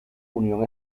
unión